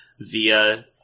via